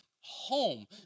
home